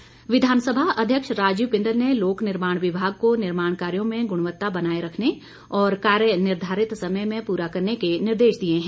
बिंदल विधानसभा अध्यक्ष राजीव बिंदल ने लोक निर्माण विभाग को निर्माण कार्यो में गुणवत्ता बनाए रखने और कार्य निर्धारित समय में पूरा करने के निर्देश दिए हैं